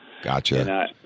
Gotcha